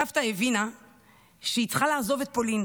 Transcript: סבתא הבינה שהיא צריכה לעזוב את פולין.